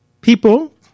people